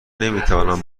نمیتوانم